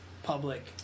public